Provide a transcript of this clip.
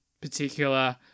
particular